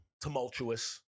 tumultuous